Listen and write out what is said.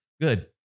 Good